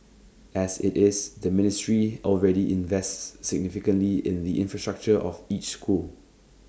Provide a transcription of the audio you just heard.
as IT is the ministry already invests significantly in the infrastructure of each school